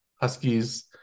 Huskies